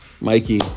Mikey